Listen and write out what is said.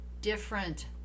different